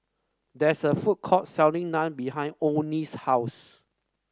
that's a food court selling Naan behind Onie's house